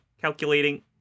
calculating